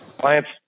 clients